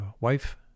wife